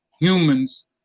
humans